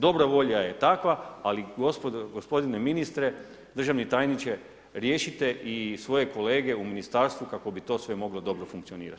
Dobra volja je takva, ali gospodine ministre, državni tajniče riješite i svoje kolege u ministarstvu kako bi to sve moglo dobro funkcionirati.